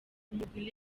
umugwi